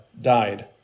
died